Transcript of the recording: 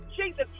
Jesus